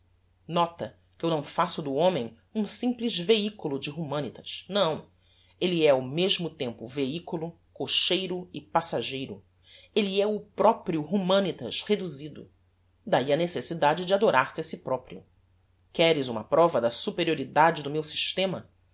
nota que eu não faço do homem um simples vehiculo de humanitas não elle é ao mesmo tempo vehiculo cocheiro e passageiro elle é o proprio humanitas reduzido dahi a necessidade de adorar se a si proprio queres uma prova da superioridade do meu systema